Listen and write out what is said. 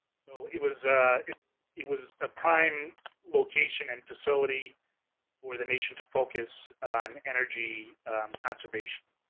so, it was it was a prime location and facility for the nation to focus on energy conservation.